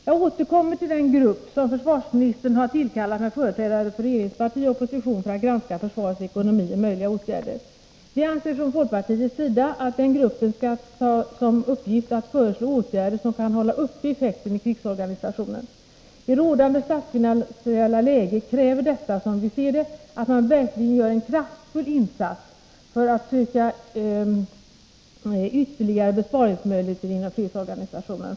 Jag återkommer till den grupp som försvarsministern har tillkallat med företrädare för regeringsparti och opposition för att granska försvarets ekonomi och möjliga åtgärder. Vi anser från folkpartiets sida att den gruppen skall ta som uppgift att föreslå åtgärder som kan hålla uppe effekten i krigsorganisationen. I rådande statsfinansiella läge kräver detta, som vi ser det, att man verkligen gör en kraftfull insats för att söka ytterligare besparingsmöjligheter inom fredsorganisationen.